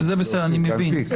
זה בסדר, אני מבין.